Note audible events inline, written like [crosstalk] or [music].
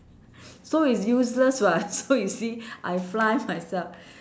so it's useless [what] [laughs] so you see I fly myself